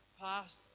past